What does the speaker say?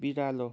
बिरालो